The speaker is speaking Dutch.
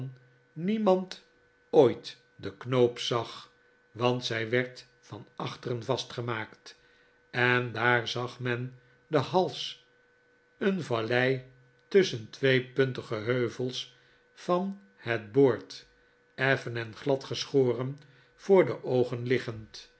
niemand ooit den knoop zag want zij werd van achteren vastgemaakt en daar zag men den hals een vallei tusschen twee puntige heuvels van het boord effen en glad geschoren voor de oogen liggend